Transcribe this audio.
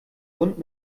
bund